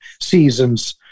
seasons